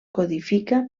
codifica